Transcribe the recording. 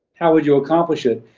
how would you accomplish it?